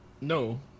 no